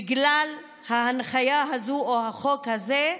בגלל ההנחיה הזאת או החוק הזה,